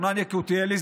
ארנן יקותיאלי,